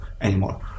anymore